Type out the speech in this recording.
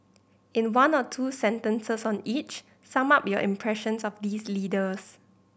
in one or two sentences on each sum up your impressions of these leaders